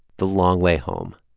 the long way home